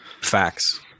facts